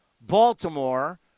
Baltimore